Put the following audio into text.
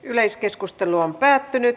yleiskeskustelu päättyi